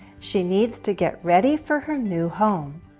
she needs to get ready for her new home.